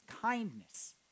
kindness